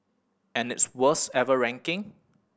and its worst ever ranking